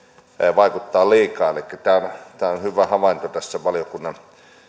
vaikuttaa niihin liikaa tämä on hyvä havainto tässä valiokunnan